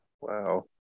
Wow